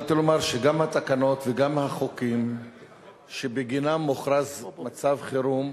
התחלתי לומר שגם התקנות וגם החוקים שבגינם מוכרז מצב חירום,